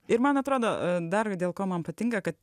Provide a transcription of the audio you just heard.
ir man atrodo dar dėl ko man patinka kad